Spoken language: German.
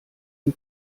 ihn